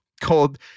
called